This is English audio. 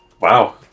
Wow